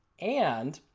and